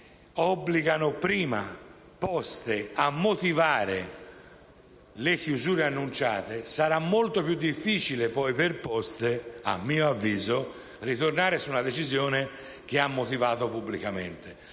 obbligano prima Poste a motivare le chiusure annunciate sarà molto più difficile poi per Poste, a mio avviso, ritornare su una decisione che ha motivato pubblicamente,